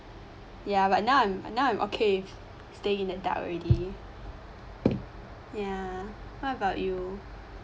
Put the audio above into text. ya but now i'm now i'm okay with staying in the dark already ya what about you